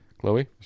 Chloe